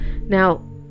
Now